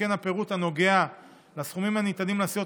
שכן הפירוט הנוגע לסכומים הניתנים לסיעות